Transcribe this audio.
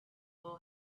will